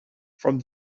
from